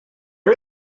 are